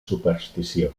superstició